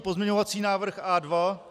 Pozměňovací návrh A2.